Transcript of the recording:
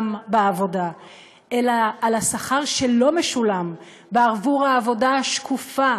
בעבודה אלא על השכר שלא משולם בעבור העבודה השקופה